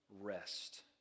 rest